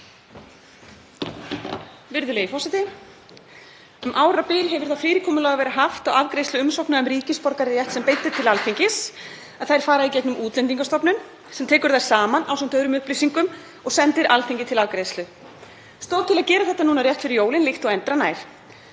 Forseti. Um árabil hefur það fyrirkomulag verið haft á afgreiðslu umsókna um ríkisborgararétt sem beint er til Alþingis að þær fara í gegnum Útlendingastofnun sem tekur þær saman ásamt öðrum upplýsingum og sendir Alþingi til afgreiðslu. Stóð til að gera þetta nú rétt fyrir jólin líkt og endranær